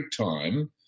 time